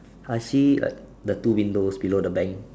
I see uh the two windows below the bank